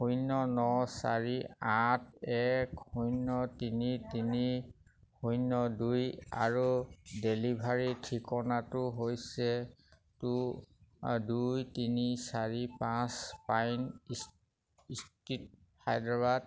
শূন্য ন চাৰি আঠ এক শূন্য তিনি তিনি শূন্য দুই আৰু ডেলিভাৰীৰ ঠিকনাটো হৈছে টু দুই তিনি চাৰি পাঁচ পাইন ষ্ট্ৰীট হায়দৰাবাদ